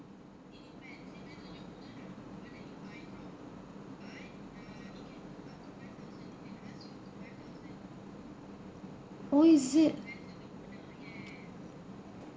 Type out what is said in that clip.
oh is it